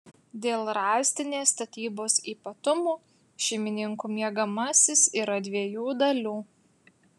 dėl rąstinės statybos ypatumų šeimininkų miegamasis yra dviejų dalių